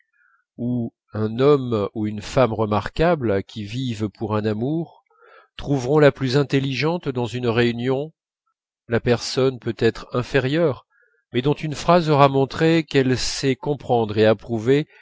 où un homme ou une femme remarquables qui vivent pour un amour trouveront la plus intelligente dans une réunion la personne peut-être inférieure mais dont une phrase aura montré qu'elle sait comprendre et approuver